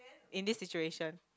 in this situation